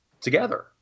together